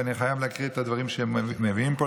ואני חייב להקריא את הדברים שהם מביאים פה,